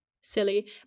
silly